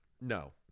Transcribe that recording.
No